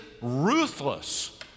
ruthless